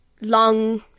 long